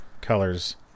colors